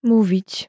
Mówić